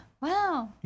Wow